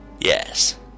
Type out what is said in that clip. Yes